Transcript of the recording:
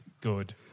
Good